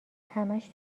همش